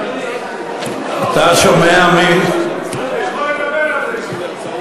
אתה שומע, אתה יכול לדבר על זה.